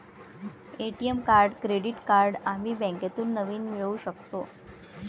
ATM card credit card आम्ही बँकेतून नवीन मिळवू शकतो